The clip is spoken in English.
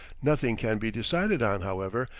nothing can be decided on, however,